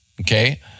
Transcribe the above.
Okay